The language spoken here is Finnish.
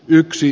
yksi